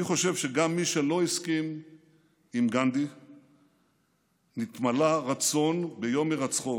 אני חושב שגם מי שלא הסכים עם גנדי נתמלא רצון ביום הירצחו